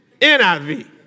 NIV